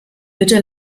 bitte